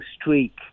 streak